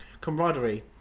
camaraderie